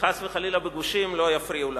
שחס וחלילה בגושים לא יפריעו לנו.